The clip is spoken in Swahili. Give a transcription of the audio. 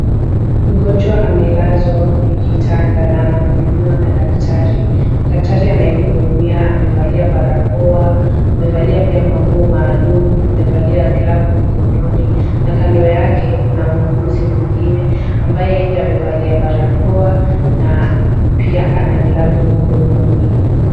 Mgonjwa amelazwa kwenye kitanda na anahudumiwa na daktari. Daktari anayemhudumia amevalia barakoa. Amevalia pia manguo maalum. Amevalia glavu mikononi na kando yake kuna muuguzi mwingine ambaye pia amevalia barakoa na pia ana glavu mikononi.